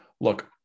Look